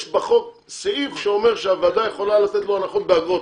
יש בחוק סעיף שאומר שהוועדה יכולה לתת לו הנחות באגרות,